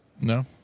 No